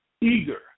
eager